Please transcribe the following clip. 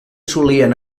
solien